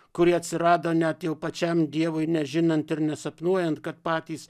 kurie atsirado net jau pačiam dievui nežinant ir nesapnuojant kad patys